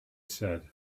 said